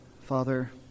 Father